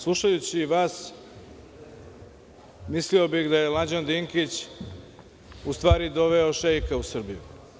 Slušajući vas mislio bih da je Mlađan Dinkić u stvari doveo šeika u Srbiju.